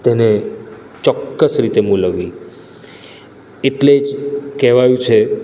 તેને ચોક્કસ રીતે મૂલવવી એટલે જ કહેવાયું છે